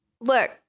look